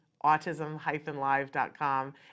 autism-live.com